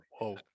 Whoa